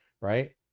Right